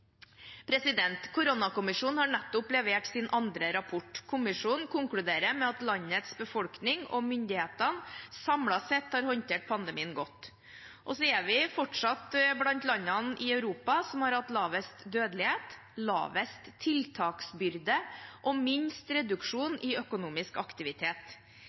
Koronakommisjonen har nettopp levert sin andre rapport. Kommisjonen konkluderer med at landets befolkning og myndighetene samlet sett har håndtert pandemien godt. Og så er vi fortsatt blant landene i Europa som har hatt lavest dødelighet, lavest tiltaksbyrde og minst reduksjon i økonomisk aktivitet.